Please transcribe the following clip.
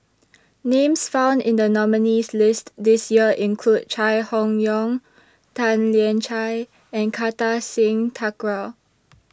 Names found in The nominees' list This Year include Chai Hon Yoong Tan Lian Chye and Kartar Singh Thakral